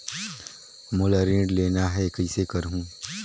मोला ऋण लेना ह, कइसे करहुँ?